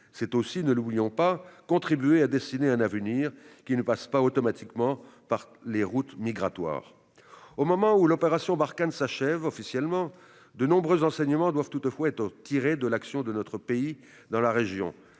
C'est aussi, ne l'oublions pas, contribuer à dessiner un avenir qui ne passe pas automatiquement par les routes migratoires. Au moment où l'opération Barkhane s'achève officiellement, de nombreux enseignements doivent toutefois être tirés de l'action de notre pays dans la région.